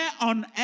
on